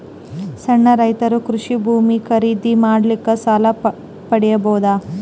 ಸಣ್ಣ ರೈತರು ಕೃಷಿ ಭೂಮಿ ಖರೀದಿ ಮಾಡ್ಲಿಕ್ಕ ಸಾಲ ಪಡಿಬೋದ?